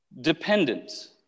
dependent